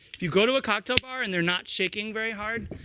if you go to a cocktail bar, and they're not shaking very hard,